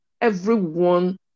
Everyone